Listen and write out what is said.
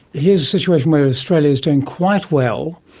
here's the situation where australia is doing quite well.